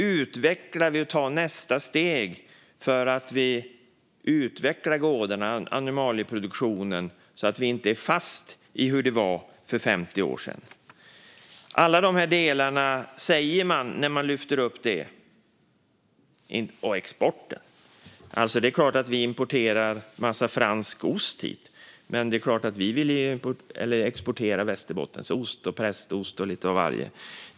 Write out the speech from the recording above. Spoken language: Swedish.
Hur tar vi nästa steg för att utveckla gårdarna och animalieproduktionen så att vi inte är fast i hur det var för 50 år sedan? Allt detta säger man när man lyfter upp det, och så har vi exporten. Det är klart att vi importerar en massa fransk ost, men vi vill också exportera västerbottensost, prästost och lite av varje.